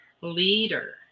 leader